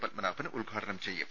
പത്മനാഭൻ ഉദ്ഘാടനം ചെയ്യും